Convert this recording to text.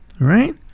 Right